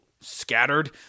scattered